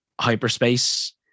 hyperspace